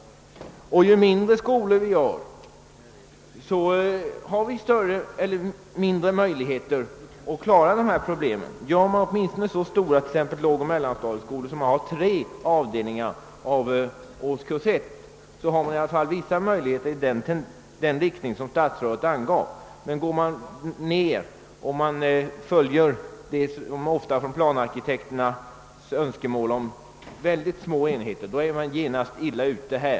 Ju mindre skolorna blir, desto mindre blir också möjligheterna att klara problemen. Om skolorna åtminstone göres så stora att vi på lågoch mellanstadiet får tre avdelningar i årskurs 1 finns det ändå vissa möjligheter i den riktning statsrådet angav, men om man följer planerarnas önskemål om mycket små enheter råkar vi genast illa ut.